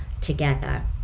together